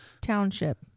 Township